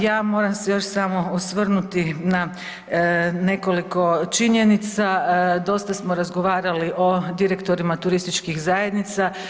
Ja moram se još samo osvrnuti na nekoliko činjenica, dosta smo razgovarali o direktorima turističkih zajednica.